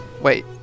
Wait